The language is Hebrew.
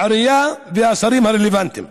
העירייה והשרים הרלוונטיים.